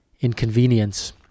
inconvenience